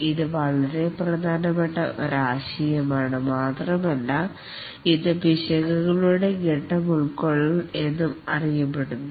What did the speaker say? ഇത് വളരെ പ്രധാനപ്പെട്ട ഒരു ആശയമാണ് മാത്രമല്ല ഇത് ഫേസ് കോൺടൈൻമെൻറ് ഓഫ് ഇർറോർസ് എന്നും അറിയപ്പെടുന്നു